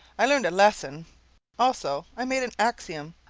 i learned a lesson also i made an axiom,